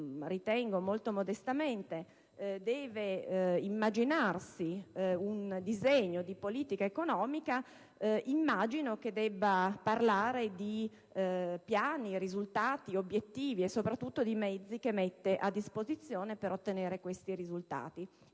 quando un Governo deve elaborare un disegno di politica economica immagino che debba parlare di piani, risultati, obiettivi e soprattutto di mezzi che mette a disposizione per ottenere tali risultati.